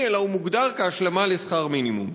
אלא הוא מוגדר כהשלמה לשכר מינימום.